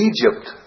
Egypt